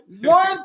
one